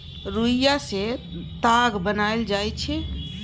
रुइया सँ ताग बनाएल जाइ छै